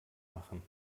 machen